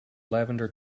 lavender